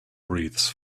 breathes